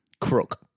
Crook